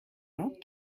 not